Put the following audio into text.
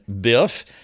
Biff